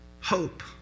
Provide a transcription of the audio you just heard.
hope